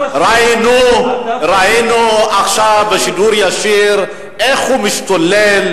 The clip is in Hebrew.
ראינו עכשיו בשידור ישיר איך הוא משתולל,